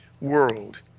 world